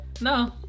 No